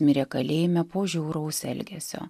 mirė kalėjime po žiauraus elgesio